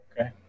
Okay